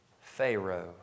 Pharaoh